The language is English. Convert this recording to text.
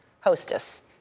hostess